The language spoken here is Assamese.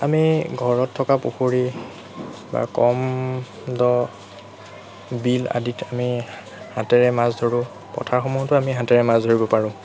আমি ঘৰত থকা পুখুৰী বা কম দ বিল আদিত আমি হাতেৰে মাছ ধৰোঁ পথাৰসমূহতো আমি হাতেৰে মাছ ধৰিব পাৰোঁ